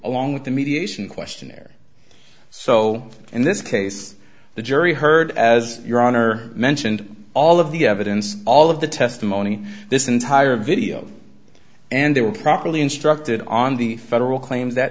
along with the mediation questionnaire so in this case the jury heard as your honor mentioned all of the evidence all of the testimony this entire video and they were properly instructed on the federal claims that